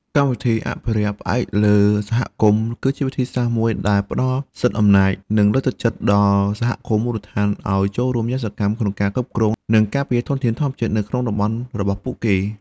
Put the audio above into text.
កម្មវិធីអភិរក្សផ្អែកលើសហគមន៍ គឺជាវិធីសាស្រ្តមួយដែលផ្ដល់សិទ្ធិអំណាច និងលើកទឹកចិត្តដល់សហគមន៍មូលដ្ឋានឱ្យចូលរួមយ៉ាងសកម្មក្នុងការគ្រប់គ្រង និងការពារធនធានធម្មជាតិនៅក្នុងតំបន់របស់ពួកគេ។